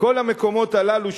כל המקומות הללו,